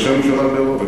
ראשי ממשלה באירופה,